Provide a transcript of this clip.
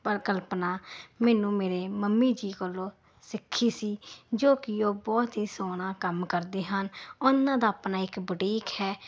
ਪਰ ਕਲਪਨਾ ਮੈਨੂੰ ਮੇਰੇ ਮੰਮੀ ਜੀ ਕੋਲੋਂ ਸਿੱਖੀ ਸੀ ਜੋ ਕਿ ਉਹ ਬਹੁਤ ਹੀ ਸੋਹਣਾ ਕੰਮ ਕਰਦੇ ਹਨ ਉਹਨਾਂ ਦਾ ਆਪਣਾ ਇੱਕ ਬੁਟੀਕ ਹੈ